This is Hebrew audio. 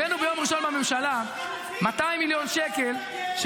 הבאנו ביום ראשון בממשלה 200 מיליון שקל -- על מה אתה גאה,